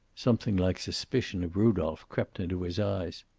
something like suspicion of rudolph crept into his eyes.